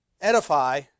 edify